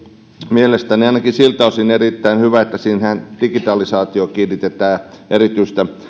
mielestäni ainakin siltä osin erittäin hyvä että siinähän digitalisaatioon kiinnitetään erityistä